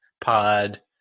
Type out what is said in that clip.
pod